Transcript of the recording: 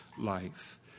life